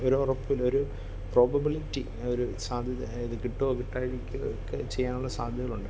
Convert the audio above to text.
ഒരു ഉറപ്പിൽ ഒരു പ്രോബബിലിറ്റി ഒരു സാധ്യത ഇത് കിട്ടുമോ കിട്ടാതിരിക്കുകയൊക്കെ ചെയ്യാനുള്ള സാധ്യതകളുണ്ട്